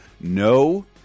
No